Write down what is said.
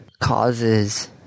causes